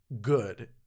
good